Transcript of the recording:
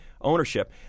ownership